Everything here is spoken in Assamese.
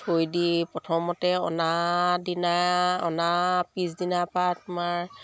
থৈ দি প্ৰথমতে অনা দিনা অনা পিছদিনা পা তোমাৰ